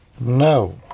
No